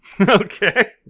Okay